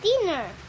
dinner